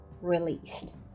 released